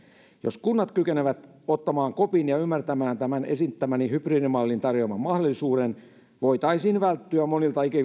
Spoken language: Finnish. jos kunnat kykenevät ottamaan kopin ja ymmärtämään tämän esittämäni hybridimallin tarjoaman mahdollisuuden voitaisiin välttyä monilta